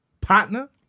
Partner